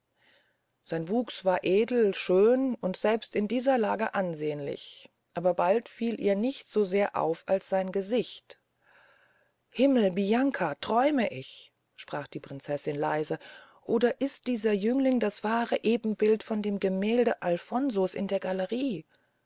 sein wuchs war edel schön und selbst in dieser lage ansehnlich aber bald fiel ihr nichts so sehr auf als sein gesicht himmel bianca träum ich sprach die prinzessin leise oder ist dieser jüngling das wahre ebenbild von dem gemälde alfonso's in der gallerie